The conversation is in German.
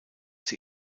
sie